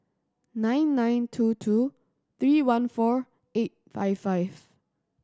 nine nine two two three one four eight five five